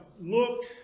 looked